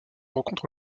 rencontre